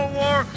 war